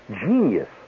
genius